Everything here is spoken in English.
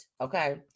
Okay